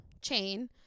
chain